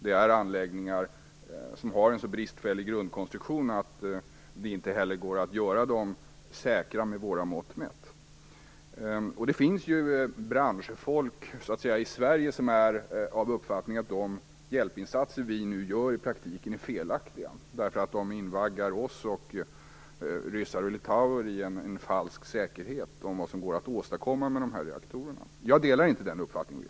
Det är anläggningar som har en så bristfällig grundkonstruktion att det inte heller går att göra dem säkra, med våra mått mätt. Det finns ju branschfolk i Sverige som är av uppfattningen att de hjälpinsatser vi nu gör i praktiken är felaktiga, därför att de invaggar oss och ryssar och litauer i en falsk säkerhet när det gäller vad som går att åstadkomma med de här reaktorerna. Jag delar inte den uppfattningen.